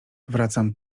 wracam